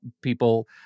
people